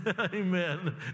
amen